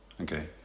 Okay